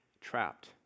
trapped